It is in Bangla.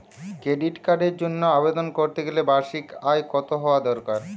ক্রেডিট কার্ডের জন্য আবেদন করতে গেলে বার্ষিক আয় কত হওয়া দরকার?